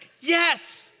Yes